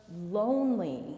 lonely